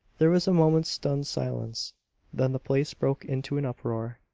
there was a moment's stunned silence then the place broke into an uproar.